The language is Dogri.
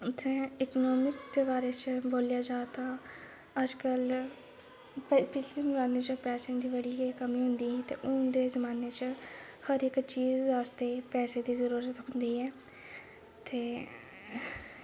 उत्थै इकॉनामिक्स दे बारे च बोल्लेआ जा करदा अजकल ते पैसे दी बड़ी कमी होंदी ते हून दे हर इक चीज बास्तै पैसे दी जरूरत पौंदी ऐ जो ते